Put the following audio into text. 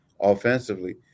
offensively